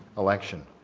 election.